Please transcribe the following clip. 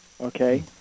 Okay